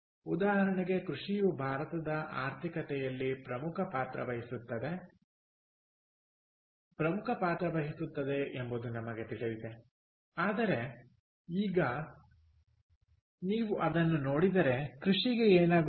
ಉದಾಹರಣೆಗೆ ಕೃಷಿಯು ಭಾರತದ ಆರ್ಥಿಕತೆಯಲ್ಲಿ ಪ್ರಮುಖ ಪಾತ್ರ ವಹಿಸುತ್ತದೆ ಎಂಬುದು ನಮಗೆ ತಿಳಿದಿದೆ ಆದರೆ ಈಗ ನೀವು ಅದನ್ನು ನೋಡಿದರೆ ಕೃಷಿಗೆ ಏನಾಗುತ್ತದೆ